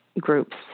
groups